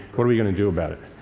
what are we going to do about it?